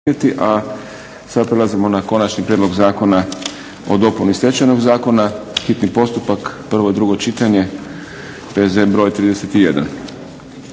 a sad prelazimo na - Konačni prijedlog zakona o dopuni Stečajnog zakona, hitni postupak, prvo i drugo čitanje, P.Z. br. 31.